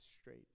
straight